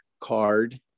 card